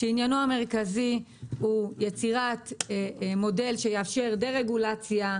שעניינו המרכזי הוא יצירת מודל שיאפשר דה-רגולציה,